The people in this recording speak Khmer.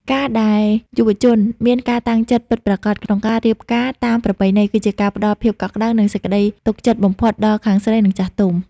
ការដែលយុវជន "មានការតាំងចិត្តពិតប្រាកដ" ក្នុងការរៀបការតាមប្រពៃណី គឺជាការផ្ដល់ភាពកក់ក្ដៅ និងសេចក្ដីទុកចិត្តបំផុតដល់ខាងស្រី និងចាស់ទុំ។